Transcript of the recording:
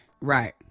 right